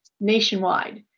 nationwide